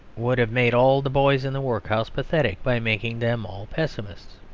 would have made all the boys in the workhouse pathetic by making them all pessimists.